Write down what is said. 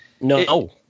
no